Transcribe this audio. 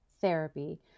therapy